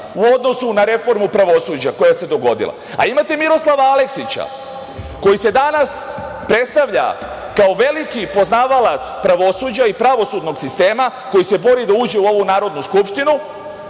u odnosu na reformu pravosuđa koja se dogodila. Imate Miroslava Aleksića koji se danas predstavlja kao veliki poznavalac pravosuđa i pravosudnog sistema koji se bori da uđe u ovu Narodnu skupštinu,